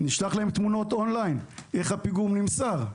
נשלח להם תמונות און-ליין איך הפיגום נמסר.